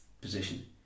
position